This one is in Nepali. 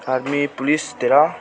आर्मी पुलिसतिर